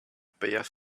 bare